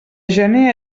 gener